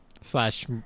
Slash